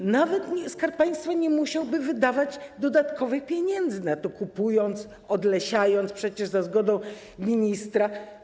I nawet Skarb Państwa nie musiałby wydawać dodatkowych pieniędzy na to, kupując, odlesiając przecież za zgodą ministra.